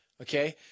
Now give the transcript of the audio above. okay